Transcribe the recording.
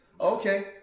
Okay